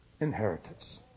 inheritance